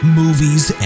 movies